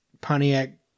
Pontiac